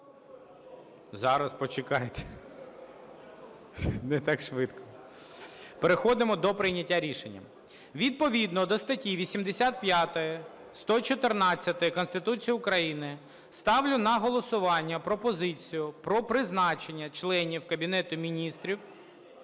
Зараз, почекайте, не так швидко. Переходимо до прийняття рішення. Відповідно до статті 85, 114-ї Конституції України ставлю на голосування пропозицію про призначення членів Кабінету Міністрів…